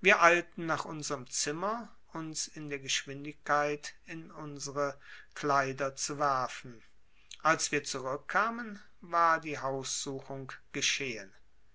wir eilten nach unserm zimmer uns in der geschwindigkeit in unsre kleider zu werfen als wir zurückkamen war die haussuchung geschehen